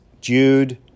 Jude